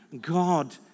God